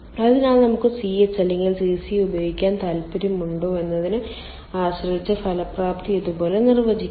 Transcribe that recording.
അതിനാൽ നമുക്ക് Ch അല്ലെങ്കിൽ cc ഉപയോഗിക്കാൻ താൽപ്പര്യമുണ്ടോ എന്നതിനെ ആശ്രയിച്ച് ഫലപ്രാപ്തി ഇതുപോലെ നിർവചിക്കാം